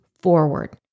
forward